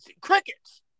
crickets